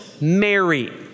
Mary